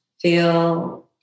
feel